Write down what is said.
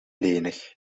lenig